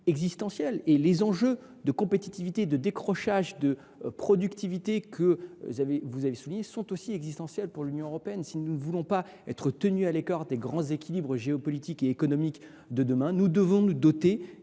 19. Les enjeux de compétitivité et de décrochage de productivité que vous avez évoqués sont également existentiels pour l’Union européenne : si nous ne voulons pas être tenus à l’écart des grands équilibres géopolitiques et économiques de demain, nous devons nous doter